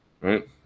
Right